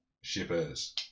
Shippers